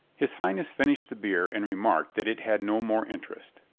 his highness finished the beer and remarked that it had no more interest.